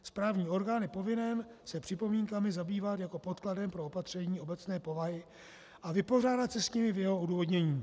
Správní orgán je povinen se připomínkami zabývat jako podkladem pro opatření obecné povahy a vypořádat se s nimi v jeho odůvodnění.